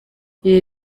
ibi